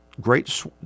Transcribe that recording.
great